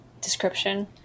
description